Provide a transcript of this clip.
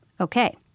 Okay